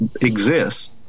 exists